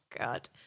God